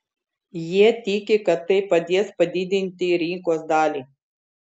jie tiki kad tai padės padidinti rinkos dalį